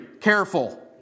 careful